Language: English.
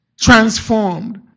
Transformed